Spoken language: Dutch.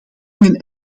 mijn